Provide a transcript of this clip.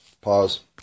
pause